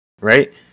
right